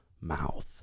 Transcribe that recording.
mouth